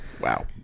Wow